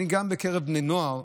גם בקרב בני נוער,